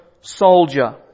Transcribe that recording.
soldier